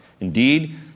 indeed